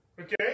Okay